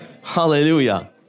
hallelujah